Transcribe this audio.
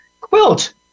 quilt